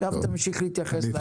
עכשיו תמשיך להתייחס.